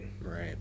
right